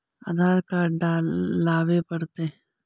आधार card लाबे पड़तै?